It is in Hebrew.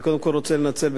אני קודם כול רוצה לנצל,